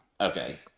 Okay